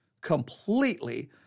completely